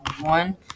one